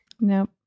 no